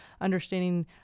understanding